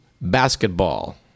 basketball